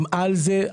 הם על זה,